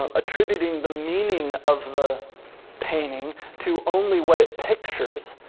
um attributing the meaning of the painting to only what it pictures.